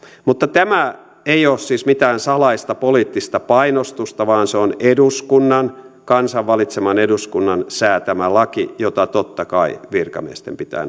mutta tämä ei ole siis mitään salaista poliittista painostusta vaan se on eduskunnan kansan valitseman eduskunnan säätämä laki jota totta kai virkamiesten pitää